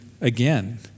again